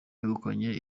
begukanye